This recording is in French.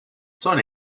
son